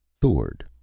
thord,